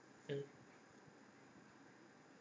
mm